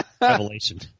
revelation